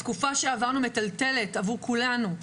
לא אנחנו: התקופה שעברנו מטלטלת עבור כולנו,